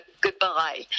goodbye